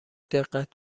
دقت